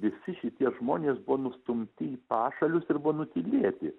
visi šitie žmonės buvo nustumti į pašalius ir buvo nutylėti